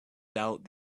doubt